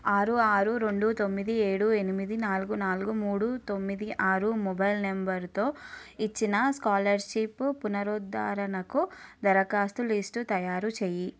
ఆరు ఆరు రెండు తొమ్మిది ఏడు ఎనిమిది నాలుగు నాలుగు మూడు తొమ్మిది ఆరు మొబైల్ నంబరుతో ఇచ్చిన స్కాలర్షిప్ పునరుద్దరణకు దరఖాస్తు లిస్టు తయారు చెయ్యి